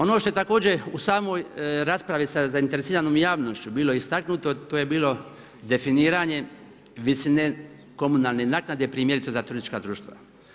Ono što je također u samoj raspravi sa zainteresiranom javnošću bilo istaknuto, to je bilo definiranje visine komunalne naknade, primjerice za turistička društva.